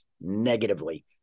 negatively